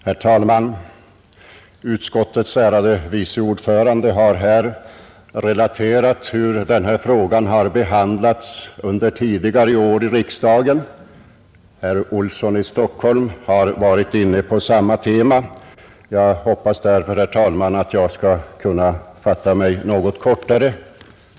Herr talman! Utskottets ärade vice ordförande har här relaterat hur denna fråga behandlats under tidigare år i riksdagen, och herr Olsson i Stockholm har varit inne på samma tema. Jag hoppas därför, herr talman, att jag skall kunna fatta mig något kortare.